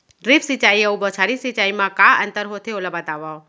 Drip सिंचाई अऊ बौछारी सिंचाई मा का अंतर होथे, ओला बतावव?